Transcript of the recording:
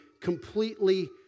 completely